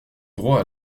droit